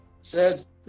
Says